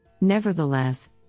Nevertheless